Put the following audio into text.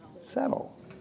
settle